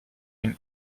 une